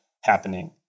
happening